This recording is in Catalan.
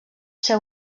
ser